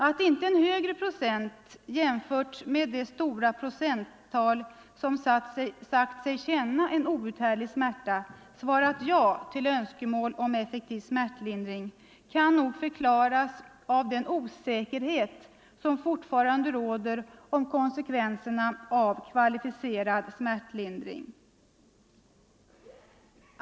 Att inte en högre procentandel — jämfört med det stora procenttal som sagt sig känna en outhärdlig smärta — sagt sig ha önskemål om effektiv smärtlindring kan nog förklaras av den osäkerhet som fortfarande råder om konsekvenserna av kvalificerad smärtlindring.